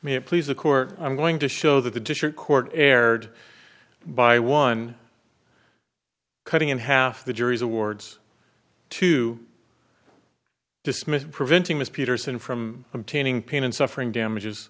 may please the court i'm going to show that the district court erred by one cutting in half the jury's awards to dismiss preventing ms peterson from obtaining pain and suffering damages